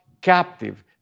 captive